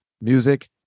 music